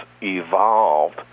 evolved